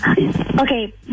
Okay